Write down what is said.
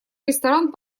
ресторан